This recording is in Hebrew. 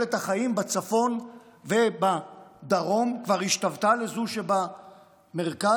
תוחלת החיים בצפון ובדרום כבר השתוותה לזו שבמרכז?